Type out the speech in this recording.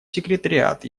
секретариат